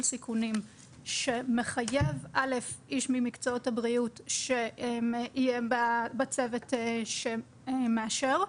סיכונים שמחייבת איש ממקצועות הבריאות שיהיה בצוות שמאשר,